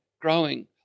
growing